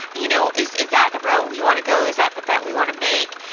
you know is is that the route we want to go? is that the bet we want to make?